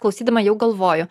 klausydama jau galvoju